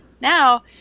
Now